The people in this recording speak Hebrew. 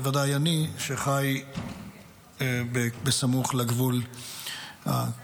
בוודאי אני, שחי בסמוך לגבול עם עזה.